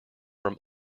from